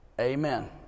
amen